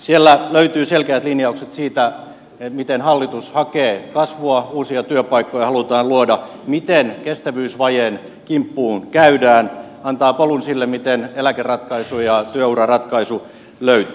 siellä löytyy selkeät linjaukset siitä miten hallitus hakee kasvua uusia työpaikkoja halutaan luoda miten kestävyysvajeen kimppuun käydään se antaa polun sille miten eläkeratkaisu ja työuraratkaisu löytyy